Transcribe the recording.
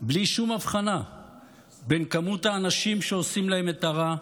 בלי שום הבחנה בין כמות האנשים שעושים להם את הרע,